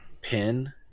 pin